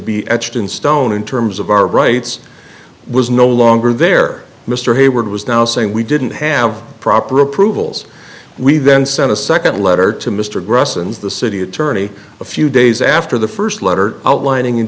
be etched in stone in terms of our rights was no longer there mr hayward was now saying we didn't have proper approvals we then sent a second letter to mr gryce and the city attorney a few days after the first letter outlining